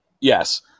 Yes